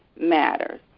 matters